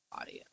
audio